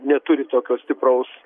neturi tokio stipraus